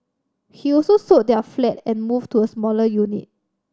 he also sold their flat and move to a smaller unit